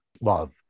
Love